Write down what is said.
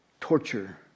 torture